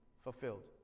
Fulfilled